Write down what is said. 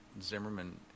Zimmerman